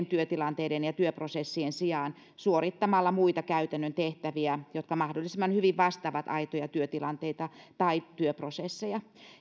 työtilanteiden ja työprosessien sijaan suorittamalla muita käytännön tehtäviä jotka mahdollisimman hyvin vastaavat aitoja työtilanteita tai työprosesseja